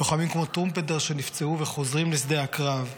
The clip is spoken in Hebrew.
לוחמים כמו טרומפלדור, שנפצעו וחוזרים לשדה הקרב,